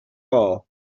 all